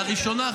לראשונה,